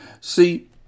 See